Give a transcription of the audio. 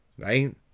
Right